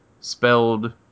spelled